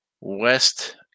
West